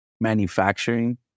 manufacturing